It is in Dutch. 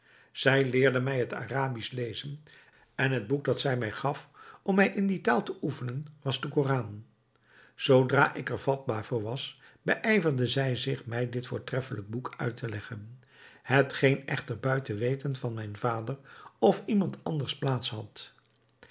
zij leerde mij het arabisch lezen en het boek dat zij mij gaf om mij in die taal te oefenen was de koran zoodra ik er vatbaar voor was beijverde zij zich mij dit voortreffelijk boek uit te leggen hetgeen echter buiten weten van mijn vader of iemand anders plaats had